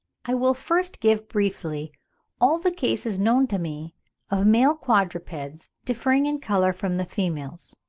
i will first give briefly all the cases known to me of male quadrupeds differing in colour from the females.